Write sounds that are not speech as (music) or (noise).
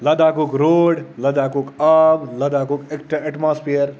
لَداخُک road لَداخُک آب لَداخُک (unintelligible) atmosphere